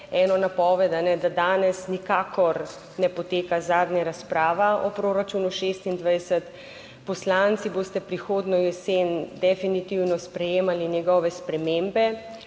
eno napoved, da danes nikakor ne poteka zadnja razprava o proračunu 26. Poslanci boste prihodnjo jesen definitivno sprejemali njegove spremembe,